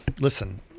Listen